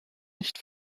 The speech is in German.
nicht